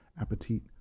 Appetit